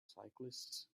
cyclists